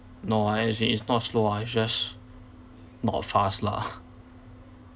no I as in it's not slow ah it's just not fast lah